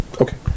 Okay